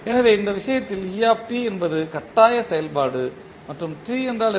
எனவே இந்த விஷயத்தில் e என்பது கட்டாய செயல்பாடு மற்றும் t என்றால் என்ன